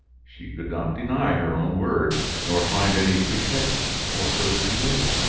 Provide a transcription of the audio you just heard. she could not deny her own words, nor find any pretext for further delay.